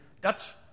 Dutch